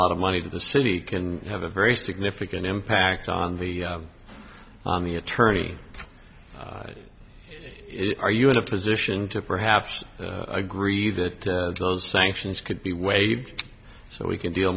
lot of money to the city can have a very significant impact on the on the attorney if are you in a position to perhaps agree that those sanctions could be waived so we can d